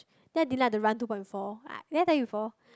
then I didn't like to run two point four did I tell you before